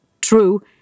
true